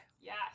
yes